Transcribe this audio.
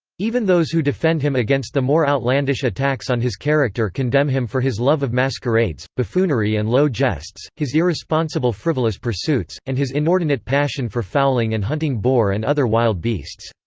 even those who defend him against the more outlandish attacks on his character condemn him for his love of masquerades, buffoonery and low jests, his irresponsible frivolous pursuits, and his inordinate passion for fowling and hunting boar and other wild beasts.